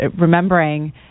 remembering